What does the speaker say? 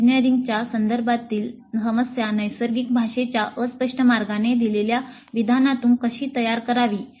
इंजिनीअरिंगच्या संदर्भातील समस्या नैसर्गिक भाषेच्या अस्पष्ट मार्गाने दिलेल्या विधानातून कशी तयार करावी